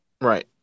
Right